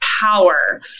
power